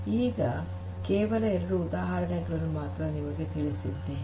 ಈಗ ಕೇವಲ ಎರಡು ಉದಾಹರಣೆಗಳನ್ನು ಮಾತ್ರ ನಿಮಗೆ ತಿಳಿಸಿದ್ದೇನೆ